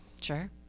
sure